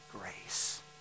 grace